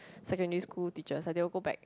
secondary school teachers like they will go back